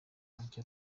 make